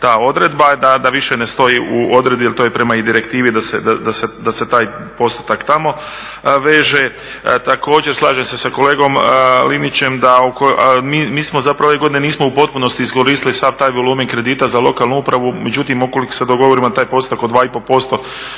ta odredba da više ne stoji u odredbi, jer to je prema i direktivi da se taj postotak tamo veže. Također slažem se sa kolegom Linićem da mi smo, zapravo ove godine nismo u potpunosti iskoristili sav taj volumen kredita za lokalnu upravu, međutim ukoliko se dogovorimo da taj postotak od 2,5%